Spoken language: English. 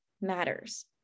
matters